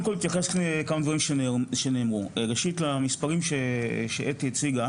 ראשית, למספרים שהוצגו